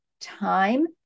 time